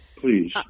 Please